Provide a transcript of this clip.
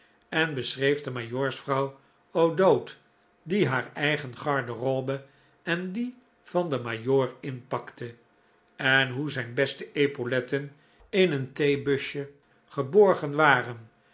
en beschreef de majoorsvrouw o'dowd die haar eigen garderobe en die van den majoor inpakte en hoe zijn beste epauletten in een theebusje geborgen waren